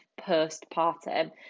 postpartum